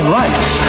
rights